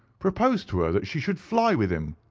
proposed to her that she should fly with him.